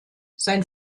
sein